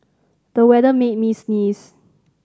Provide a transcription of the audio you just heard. the weather made me sneeze